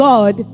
God